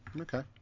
Okay